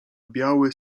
biały